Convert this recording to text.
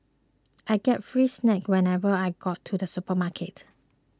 I get free snacks whenever I go to the supermarket